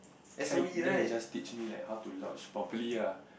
then then he just teach me like how to lodge properly ah